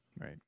right